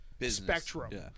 spectrum